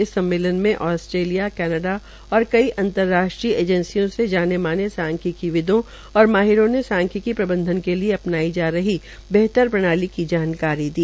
इस सम्मेलन में आस्ट्रेलिया कनाडा और कई अंतर्राष्ट्रीय एजेंसियों से जाने माने सांख्यिकी प्रबंधन के लिए अपनाई जा रही बेहतर प्रणाली की जानकारी दी